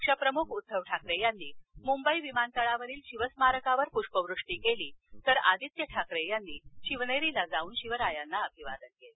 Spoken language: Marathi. पक्षप्रमुख उद्दव ठाकरे यांनी मुंबई विमानतळावरील शिवस्मारकावर प्ष्पवृष्टी केली तर आदित्य ठाकरे यांनी शिवनेरीला जाऊन शिवरायांना अभिवादन केलं